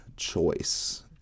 choice